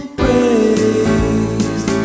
praise